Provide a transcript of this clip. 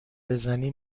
بزنی